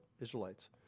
Israelites